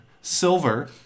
silver